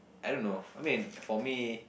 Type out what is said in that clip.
I don't know I mean for me